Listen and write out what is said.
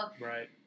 Right